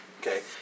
okay